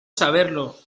saberlo